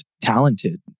talented